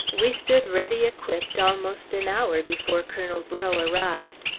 we stood ready equipped almost an hour before colonel breaux arrived.